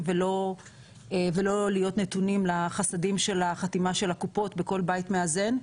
ולא להיות נתונים לחסדים של החתימה של הקופות בכל בית מאזן,